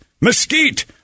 mesquite